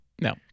No